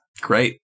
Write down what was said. Great